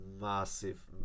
Massive